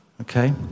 Okay